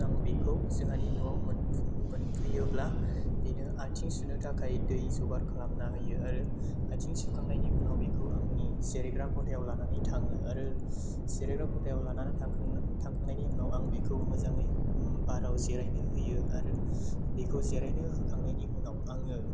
आं बिखौ जोंहानि न'आव मोनफैयोब्ला बिनो आथिं सुनो थाखाय दै जगार खालामना होयो आरो आथिं सुखांनायनि उनाव बिखौ आंनि जिरायग्रा खथायाव लानानै थाङो आरो जिरायग्रा खथायाव लानानै थांखांनायनि उनाव आं बिखौ मोजाङै बाहेराव जिरायनो होयो आरो बिखौ जिरायनो होखांनायनि उनाव आङो